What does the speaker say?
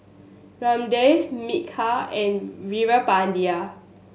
Ramdev Milkha and Veerapandiya